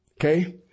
Okay